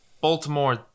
Baltimore